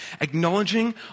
Acknowledging